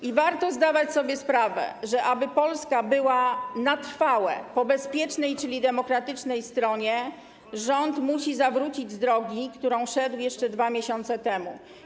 I warto zdawać sobie sprawę, że aby Polska była na trwałe po bezpiecznej, czyli demokratycznej, stronie, rząd musi zawrócić z drogi, którą szedł jeszcze 2 miesiące temu.